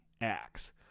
acts